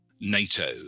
NATO